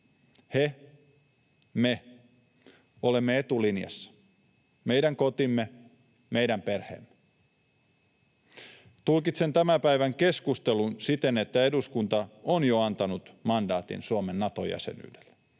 He, me olemme etulinjassa. Meidän kotimme, meidän perheemme. Tulkitsen tämän päivän keskustelun siten, että eduskunta on jo antanut mandaatin Suomen Nato-jäsenyydelle.